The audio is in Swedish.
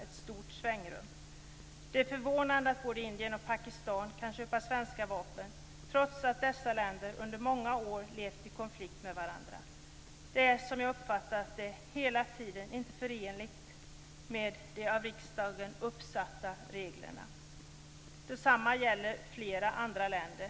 Det är förvånande att både Indien och Pakistan kan köpa svenska vapen trots att dessa länder under många år har levt i konflikt med varandra. Det är, som jag har uppfattat det, inte hela tiden förenligt med de av riksdagen uppsatta reglerna. Detsamma gäller flera andra länder.